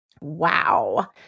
Wow